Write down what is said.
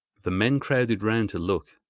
the men crowded round to look,